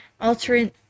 altering